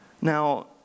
Now